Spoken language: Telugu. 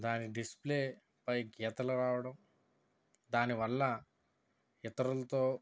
దాని డిస్ప్లే పై గీతలు రావడం దానివల్ల ఇతరులతో